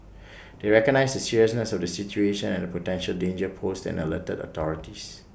they recognised the seriousness of the situation and the potential danger posed and alerted the authorities